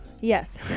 Yes